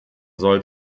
soll